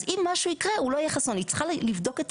אז אם משהו יקרה, הוא לא יהיה חסון.